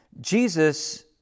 Jesus